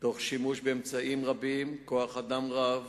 תוך שימוש באמצעים רבים, כוח-אדם רב